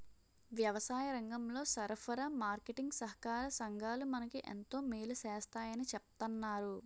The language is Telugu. వ్యవసాయరంగంలో సరఫరా, మార్కెటీంగ్ సహాకార సంఘాలు మనకు ఎంతో మేలు సేస్తాయని చెప్తన్నారు